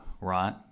right